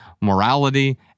morality